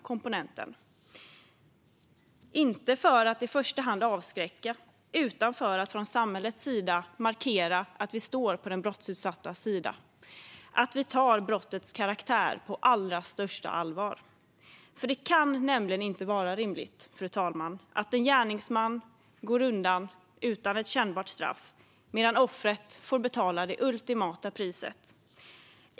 Det är viktigt inte för att i första hand avskräcka utan för att vi från samhällets sida då markerar att vi står på den brottsutsattas sida och att vi tar brottets karaktär på allra största allvar. Det kan nämligen inte vara rimligt, fru talman, att en gärningsman slipper ett kännbart straff medan offret får betala det ultimata priset.